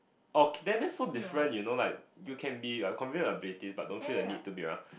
oh K then then so different you know like you can be uh confident in abilities but don't feel the need to be around